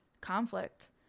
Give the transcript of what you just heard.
conflict